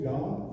God